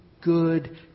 good